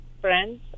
friends